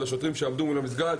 על השוטרים שעמדו מול המסגד.